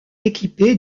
équipée